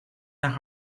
nach